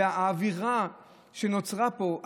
האווירה שנוצרה פה,